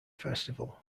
festival